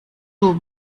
jour